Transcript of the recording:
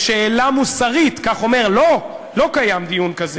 בשאלה מוסרית", כך הוא אומר, לא קיים דיון כזה,